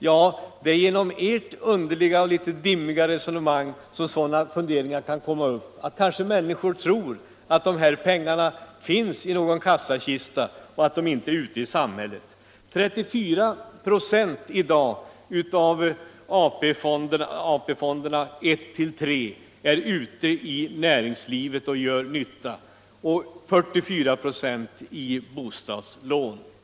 Ja, det är genom ert underliga och försåtliga resonemang som sådana funderingar kan komma upp! Kanske människor tror att dessa pengar finns i någon kassakista och att de inte är placerade i samhället. Första, andra och tredje AP fondernas kapital är till 34 96 ute i näringslivet och gör nytta och 44 96 finns i bostadslån osv.